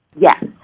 Yes